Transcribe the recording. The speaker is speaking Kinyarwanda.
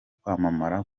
kwamamara